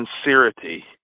sincerity